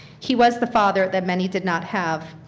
he was the father that many did not have.